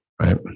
Right